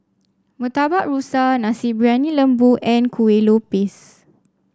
Murtabak Rusa Nasi Briyani Lembu and Kueh Lopes